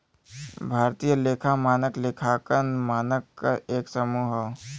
भारतीय लेखा मानक लेखांकन मानक क एक समूह हौ